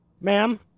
Ma'am